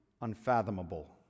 unfathomable